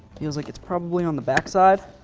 feels like it's probably on the backside.